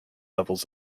levels